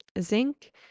zinc